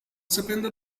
sapendo